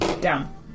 Down